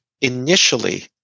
initially